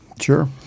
Sure